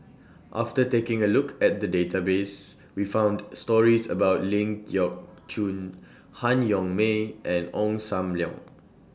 after taking A Look At The Database We found stories about Ling Geok Choon Han Yong May and Ong SAM Leong